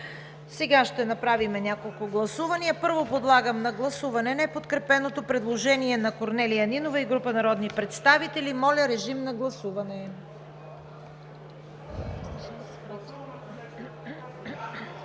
Сега ще направим няколко гласувания. Първо подлагам на гласуване неподкрепеното предложение на Корнелия Нинова и група народни представители. Гласували